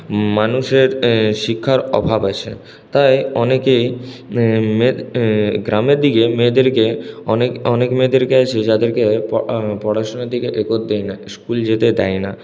মানুষের শিক্ষার অভাব আছে তাই অনেকেই গ্রামের দিকে মেয়েদেরকে অনেক অনেক মেয়েদেরকে আছে যাদেরকে পড়াশুনার দিকে এগোতে দেয় না স্কুল যেতে দেয় না